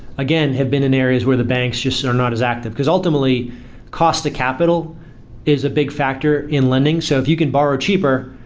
again have been in areas where the banks just are not as active, because ultimately cost to capital is a big factor in lending, so if you can borrow cheaper,